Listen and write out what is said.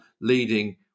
leading